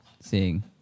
seeing